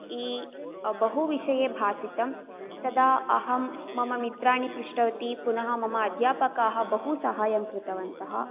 बहु विषये भासितं तदा अहं मम मित्राणि पृष्टवती पुनः मम अध्यापकाः बहु साहायं कृतवन्तः